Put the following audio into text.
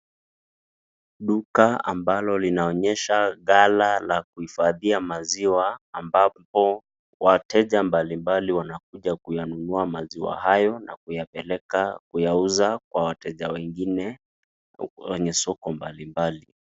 Duka ambalo linaonyesha ghala ya kuifadia maziwa ambapo wateja mbalimbali wanakuja kuyanunua maziwa hayo na kuyapeleka kuyausa Kwa wateja wengine uku Kwa solo mbalimbali.